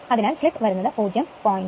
അതിനാൽ സ്ലിപ് വരുന്നത് 0